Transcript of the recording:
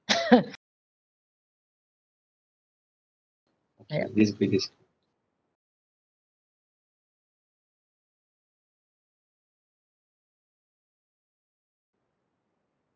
ya